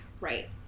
right